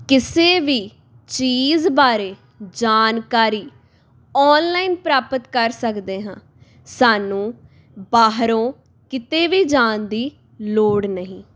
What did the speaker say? ਕਿਸੇ ਵੀ ਚੀਜ਼ ਬਾਰੇ ਜਾਣਕਾਰੀ ਔਨਲਾਈਨ ਪ੍ਰਾਪਤ ਕਰ ਸਕਦੇ ਹਾਂ ਸਾਨੂੰ ਬਾਹਰੋਂ ਕਿਤੇ ਵੀ ਜਾਣ ਦੀ ਲੋੜ ਨਹੀਂ